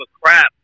crap